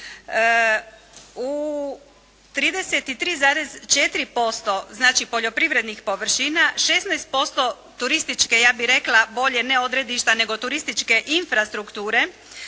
u 33,4% znači poljoprivrednih površina, 16% turističke, ja bih rekla bolje ne odredišta nego turističke infrastrukture,